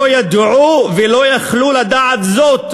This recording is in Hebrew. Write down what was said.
לא ידעו ולא היו יכולים לדעת זאת,